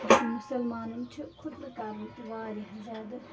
مُسلمانَن چھُ خُتنہٕ کَرُن تہِ واریاہ زیادٕ